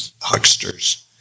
hucksters